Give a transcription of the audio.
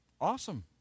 awesome